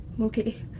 okay